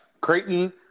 Creighton